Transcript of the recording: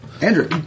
Andrew